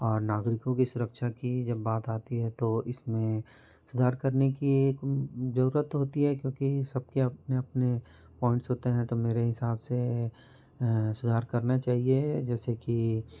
और नागरिकों की सुरक्षा की जब बात आती है तो इसमें सुधार करने की एक ज़रूरत होती है क्योंकि सबके अपने अपने पॉइंट्स होते हैं तो मेरे हिसाब से सुधार करना चाहिए जैसे कि